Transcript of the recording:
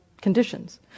conditions